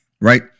right